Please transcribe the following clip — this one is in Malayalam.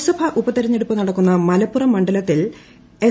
ലോക്സഭാ ഉപളിൽക്കെടുപ്പ് നടക്കുന്ന മലപ്പുറം മണ്ഡലത്തിൽ എസ്